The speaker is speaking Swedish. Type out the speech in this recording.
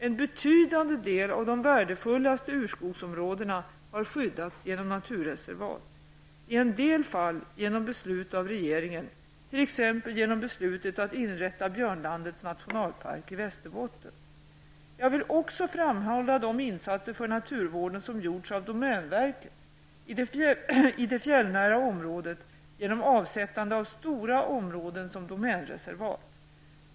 En betydande del av de värdefullaste urskogsområdena har skyddats genom naturreservat, i en del fall genom beslut av regeringen, t.ex. genom beslutet att inrätta Björnlandets nationalpark i Västerbotten. Jag vill också framhålla de insatser för naturvården som gjorts av domänverket i det fjällnära området genom avsättande av stora områden som domänreservat.